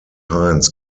heinz